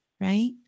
right